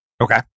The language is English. Okay